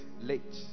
late